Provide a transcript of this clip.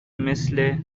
مثل